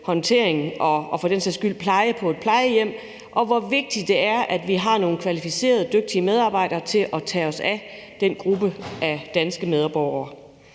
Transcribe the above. min mor og for den sags skyld plejen på et plejehjem, og hvor vigtigt det er, at vi har nogle dygtige og kvalificerede medarbejdere til at tage sig af den gruppe af danske medborgere.